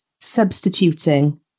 substituting